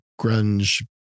grunge